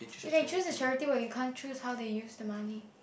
you can choose the charity but you can't choose how they use the money